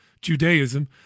Judaism